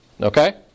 Okay